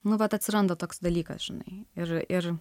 nu vat atsiranda toks dalykas žinai ir ir